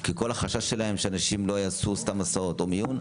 כי כל החשש שלהם הוא שאנשים לא יעשו סתם הסעות למיון,